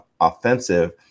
offensive